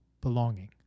belonging